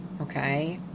okay